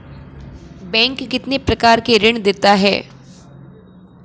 Bank कितने प्रकार के ऋण देता है?